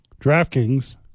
DraftKings